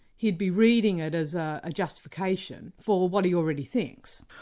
he'd be reading it as a ah justification for what he already thinks.